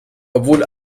obwohl